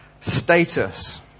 status